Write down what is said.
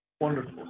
Wonderful